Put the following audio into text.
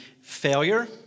failure